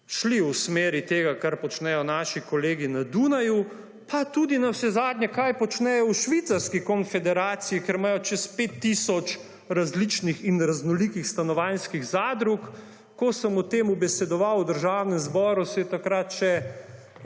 šli v smeri tega, kar počnejo naši kolegi na Dunaju, pa tudi, navsezadnje, kar počnejo v Švicarski konfederaciji, kjer imajo čez 5 tisoč različnih in raznolikih stanovanjskih zadrug. Ko sem o tem besedoval v Državnem zboru, se je takrat še